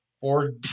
four